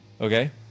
okay